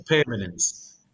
permanence